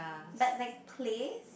but like place